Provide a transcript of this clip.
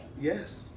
Yes